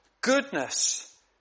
goodness